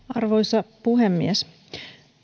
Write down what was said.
arvoisa puhemies